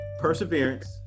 perseverance